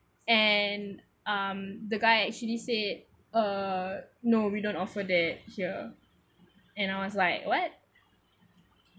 and um the guy actually say uh no we don't offer that here and I was like what